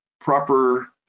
proper